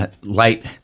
light